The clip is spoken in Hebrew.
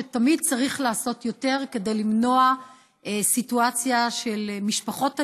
שתמיד צריך לעשות יותר כדי למנוע סיטואציה של משפחות עניות,